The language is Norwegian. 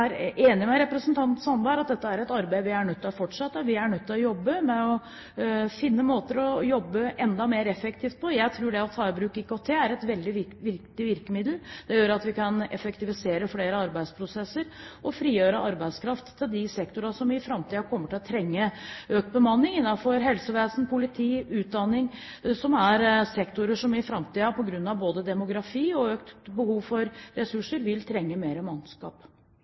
enig med representanten Sandberg i at dette er et arbeid vi er nødt til å fortsette, vi er nødt til å jobbe med å finne måter å jobbe enda mer effektivt på. Jeg tror at det å ta i bruk IKT er et veldig viktig virkemiddel. Det gjør at vi kan effektivisere flere arbeidsprosesser og frigjøre arbeidskraft til de sektorene som i framtiden kommer til å trenge økt bemanning. Helsevesen og politi og utdanning er sektorer som i framtiden – på grunn av både demografi og økt behov for ressurser – vil trenge mer mannskap.